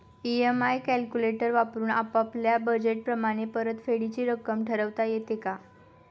EMI calculator वापरून आपापल्या budget प्रमाणे परतफेडीची रक्कम ठरवता येते का?